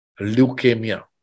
leukemia